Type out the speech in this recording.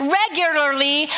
regularly